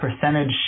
percentage